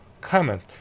comment